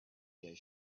their